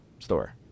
store